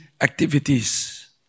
activities